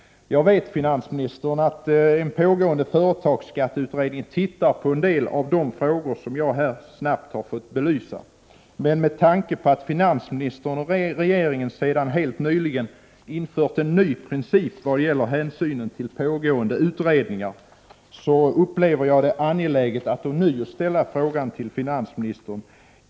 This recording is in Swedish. Jag vet, finansministern, att en pågående företagsskatteutredning ser på en del av vad jag här kort har belyst. Men med tanke på att finansministern och regeringen sedan helt nyligen infört en ny princip vad gäller hänsynen till pågående utredningar upplever jag det som angeläget att ånyo ställa en fråga till finansministern.